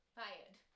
fired